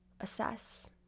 assess